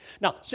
Now